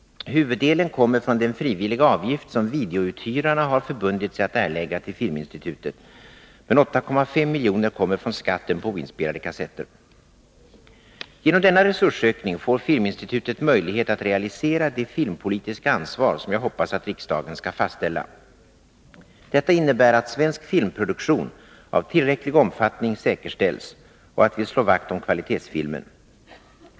Huvuddelen kommer från den frivilliga avgift som videouthyrarna har förbundit sig att erlägga till Filminstitutet. Men 8,5 milj.kr. kommer från skatten på oinspelade kassetter. Genom denna resursökning får Filminstitutet möjlighet att realisera det filmpolitiska ansvar som jag hoppas att riksdagen skall fastställa. Detta innebär att svensk filmproduktion av tillräcklig omfattning säkerställs, och att vi slår vakt om kvalitetsfilmen.